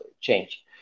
change